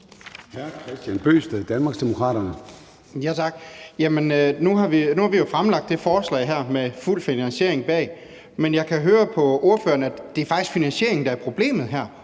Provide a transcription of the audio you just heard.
Nu har vi jo fremsat det forslag her med fuld finansiering bag, men jeg kan høre på ordføreren, at det faktisk er finansieringen, der er problemet her.